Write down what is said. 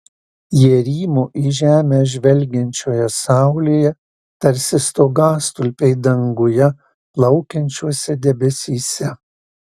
jie rymo į žemę žvelgiančioje saulėje tarsi stogastulpiai danguje plaukiančiuose debesyse